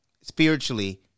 spiritually